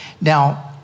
Now